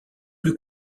plus